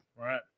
Right